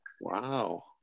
Wow